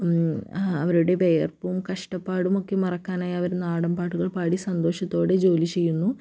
അവരുടെ വിയർപ്പും കഷ്ടപ്പാടുമൊക്കെ മറക്കാനായി അവർ നാടൻ പാട്ടുകൾ പാടി സന്തോഷത്തോടെ ജോലി ചെയ്യുന്നു